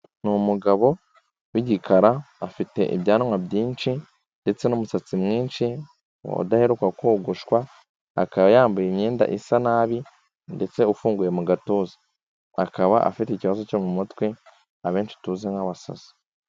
Ni umugabo w'igikara afite ibyanwa byinshi ndetse n'umusatsi mwinshi, udaheruka kogoshwa, akaba yambaye imyenda isa nabi ndetse ufunguye mu gatuza. Akaba afite ikibazo cyo mu mutwe abenshi tuzi nk'abasazi.